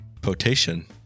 Potation